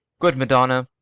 good madonna,